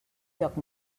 lloc